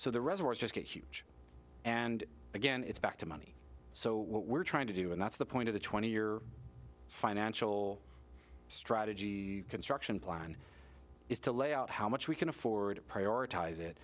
so the reservoirs just get huge and again it's back to money so what we're trying to do and that's the point of the twenty year financial strategy construction plan is to lay out how much we can afford to prioritize it